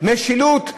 משילות,